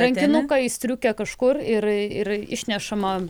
rankinuką į striukę kažkur ir išnešama